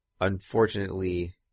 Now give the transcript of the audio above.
unfortunately